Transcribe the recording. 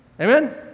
Amen